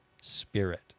Spirit